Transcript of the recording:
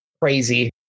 crazy